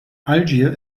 algier